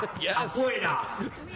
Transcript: Yes